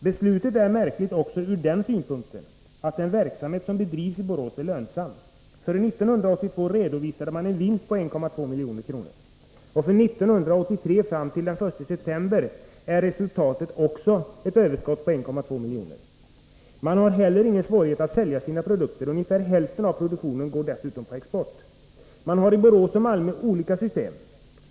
Beslutet är märkligt också ur den synpunkten att den verksamhet som bedrivs i Borås är lönsam. För 1982 redovisade man en vinst på 1,2 milj.kr., och för 1983 fram till den 1 september är resultatet också ett överskott på 1,2 milj.kr. Man har heller inga svårigheter att sälja sina produkter. Ungefär Nr 55 hälften av produktionen går dessutom på export. Onsdagen den Man har i Borås och Malmö olika system.